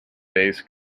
base